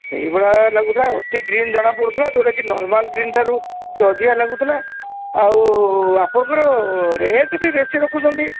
ସେଇଭଳିଆ ଲାଗୁଥିଲା ଅତି ଗ୍ରୀନ୍ ଜଣାପଡ଼ୁଥିଲା ଯେଉଁଟା କି ନର୍ମାଲ୍ ଗ୍ରୀନ୍ ଠାରୁ ଅଧିକା ଲାଗୁଥିଲା ଆଉ ଆପଣଙ୍କର ରେଟ୍ ବି ବେଶୀ ରଖୁଛନ୍ତି